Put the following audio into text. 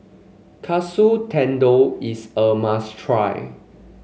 Katsu Tendon is a must try